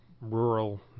rural